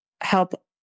help